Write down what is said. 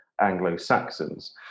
anglo-saxons